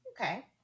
Okay